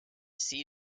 seat